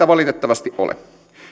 valitettavasti ole